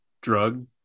drug